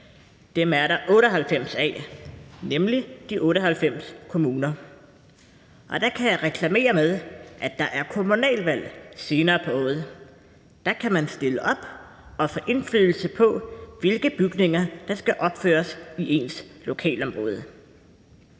Dem er der 98 af, nemlig de 98 kommuner. Og der kan jeg reklamere med, at der er kommunalvalg senere på året; der kan man stille op for at få indflydelse på, hvilke bygninger der skal opføres i ens lokalområde.